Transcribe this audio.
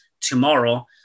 tomorrow